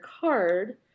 card